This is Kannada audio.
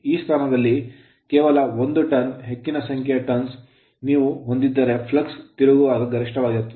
ಈ ಸ್ಥಾನದಲ್ಲಿ ಕೇವಲ ಒಂದು turn ತಿರುವಿಗಿಂತ ಹೆಚ್ಚಿನ ಸಂಖ್ಯೆಯ turns ತಿರುವುಗಳನ್ನು ನೀವು ಹೊಂದಿದ್ದರೆ flux link ಫ್ಲಕ್ಸ್ ಲಿಂಕ್ ತಿರುಗುವಾಗ ಗರಿಷ್ಠವಾಗಿರುತ್ತದೆ